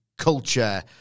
culture